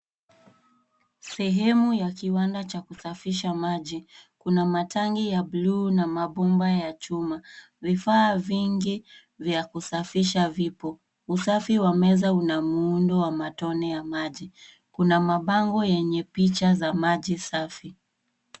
Sehemu ya kiwanda cha kusafisha maji ,kuna matangi ya bluu na mabomba ya chuma. Vifaa vingi vya kusafisha vipo. Usafi wa meza una muundo wa matone ya maji kuna bango yenye picha za maji safi.